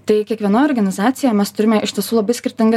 tai kiekviena organizacija mes turime iš tiesų labai skirtingą